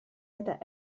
eta